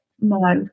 no